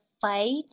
fight